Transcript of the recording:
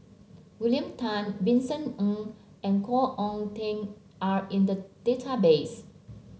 William Tan Vincent Ng and Khoo Oon Teik are in the database